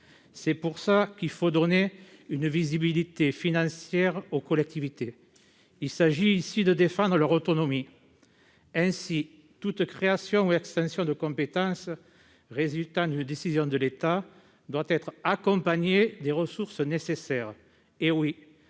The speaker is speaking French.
financiers. Il faut donner une visibilité financière aux collectivités. Il s'agit de défendre leur autonomie : toute création ou extension de compétence résultant d'une décision de l'État doit être accompagnée des ressources nécessaires.